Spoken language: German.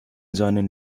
seinen